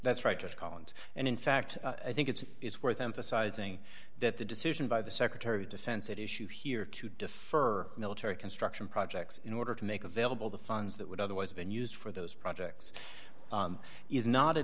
that's right just collins and in fact i think it's it's worth emphasizing that the decision by the secretary of defense that issue here to defer military construction projects in order to make available the funds that would otherwise been used for those projects is not a